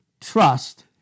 trust